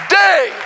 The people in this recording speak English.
day